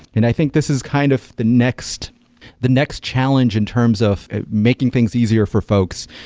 and i think this is kind of the next the next challenge in terms of making things easier for folks.